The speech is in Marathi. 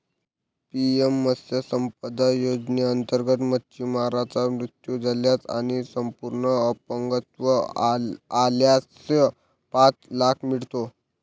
पी.एम मत्स्य संपदा योजनेअंतर्गत, मच्छीमाराचा मृत्यू झाल्यास आणि संपूर्ण अपंगत्व आल्यास पाच लाख मिळते